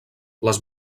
les